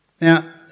Now